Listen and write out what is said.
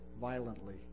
violently